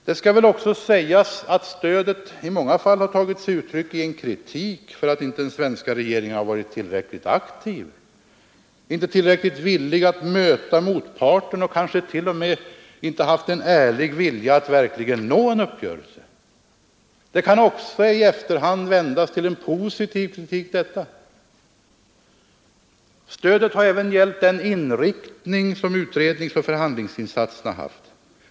Det skall väl också sägas att stödet i många fall har tagit sig uttryck i en kritik för att den svenska regeringen inte har varit tillräckligt aktiv, inte tillräckligt villig att möta motparten och kanske t.o.m. inte haft en ärlig vilja att verkligen nå en uppgörelse. Denna kritik kan också i efterhand vändas till att ha varit något positivt. Stödet har även gällt den inriktning som utredningsoch förhandlingsinsatserna haft.